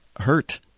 hurt